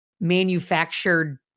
manufactured